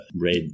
red